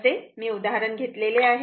असे हे उदाहरण मी घेतले आहे